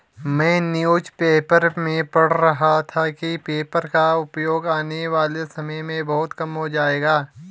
मैं newspaper में पढ़ रहा था कि पेपर का उपयोग आने वाले समय में बहुत कम हो जाएगा